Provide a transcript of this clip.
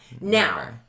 Now